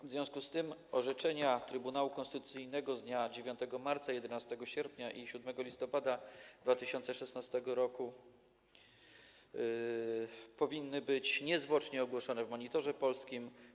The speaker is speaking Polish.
W związku z tym orzeczenia Trybunału Konstytucyjnego z dnia 9 marca, 11 sierpnia i 7 listopada 2016 r. powinny być niezwłocznie ogłoszone w „Monitorze Polskim”